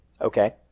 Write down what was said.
Okay